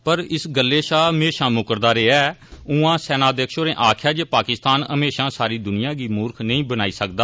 पर इस गल्लै शा म्हेशां नमुकरदा ऐ उआं सेनाघ्यक्ष होरें आक्खेआ जे पाकिस्तान म्हेशां सारी दुनिया गी मूर्ख नेई बनाई सकदा